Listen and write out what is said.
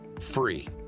free